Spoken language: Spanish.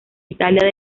italia